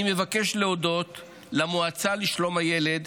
אני מבקש להודות למועצה לשלום הילד,